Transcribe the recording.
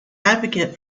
advocate